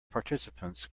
participants